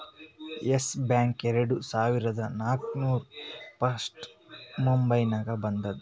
S bank ಎರಡು ಸಾವಿರದಾ ನಾಕ್ರಾಗ್ ಫಸ್ಟ್ ಮುಂಬೈನಾಗ ಬಂದೂದ